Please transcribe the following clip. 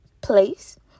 place